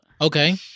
Okay